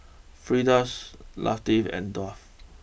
Firdaus Latif and Daud